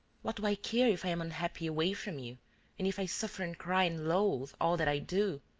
what do i care if i am unhappy away from you and if i suffer and cry and loathe all that i do!